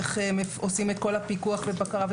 איך עושים את כל הפיקוח והבקרה.